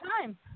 time